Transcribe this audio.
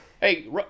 hey